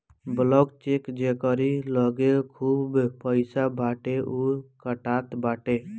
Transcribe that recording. blank cheque जेकरी लगे खूब पईसा बाटे उ कटात बाटे